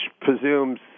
presumes